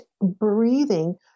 breathing